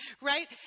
Right